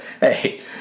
hey